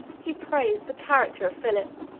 he praised the character of philip,